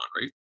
right